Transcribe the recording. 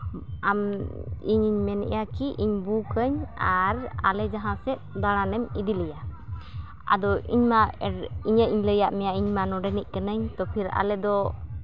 ᱟᱢ ᱤᱧᱤᱧ ᱢᱮᱱᱮᱜᱼᱟ ᱠᱤ ᱤᱧ ᱵᱩᱠᱟᱹᱧ ᱟᱨ ᱟᱞᱮ ᱡᱟᱦᱟᱸ ᱥᱮᱫ ᱫᱟᱲᱟᱱᱮᱢ ᱤᱫᱤ ᱞᱮᱭᱟ ᱟᱫᱚ ᱤᱧᱢᱟ ᱤᱧᱟᱹᱜ ᱤᱧ ᱞᱟᱹᱭᱟᱜ ᱢᱮᱭᱟ ᱤᱧᱢᱟ ᱱᱚᱸᱰᱮᱱᱤᱡ ᱠᱟᱹᱱᱟᱹᱧ ᱯᱷᱤᱨ ᱟᱞᱮ ᱫᱚ